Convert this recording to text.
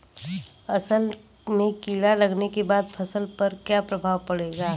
असल में कीड़ा लगने के बाद फसल पर क्या प्रभाव पड़ेगा?